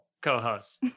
co-host